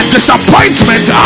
Disappointment